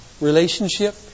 relationship